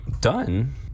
Done